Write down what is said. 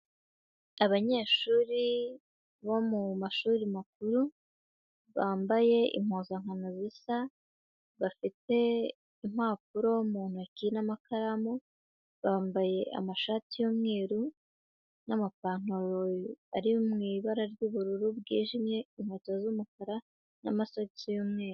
Abanyeshuri bo mu mashuri makuru, bambaye impuzankano zisa, bafite impapuro mu ntoki n'amakaramu, bambaye amashati y'umweru, n'amapantaro ari mu ibara ry'ubururu bwijimye, inkweto z'umukara, n'amasogisi y'umweru.